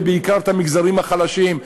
ובעיקר את המגזרים החלשים.